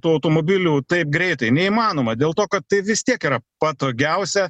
tų automobilių taip greitai neįmanoma dėl to kad tai vis tiek yra patogiausia